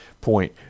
point